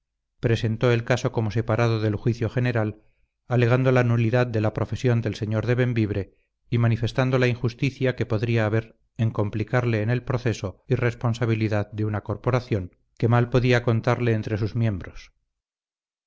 presentó el caso como separado del juicio general alegando la nulidad de la profesión del señor de bembibre y manifestando la injusticia que podría haber en complicarle en el proceso y responsabilidad de una corporación que mal podía contarle entre sus miembros